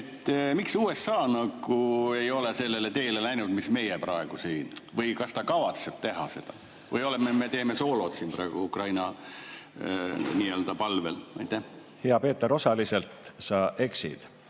Miks USA ei ole läinud sellele teele mis meie praegu siin? Kas ta kavatseb seda teha või me teeme soolot siin praegu Ukraina palvel? Hea Peeter! Osaliselt sa eksid.